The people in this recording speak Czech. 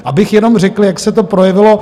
Abych jenom řekl, jak se to projevilo.